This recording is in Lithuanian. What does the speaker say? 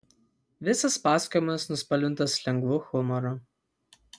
visas pasakojimas nuspalvintas lengvu humoru